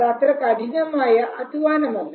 അത് അത്ര കഠിനമായ അധ്വാനമല്ല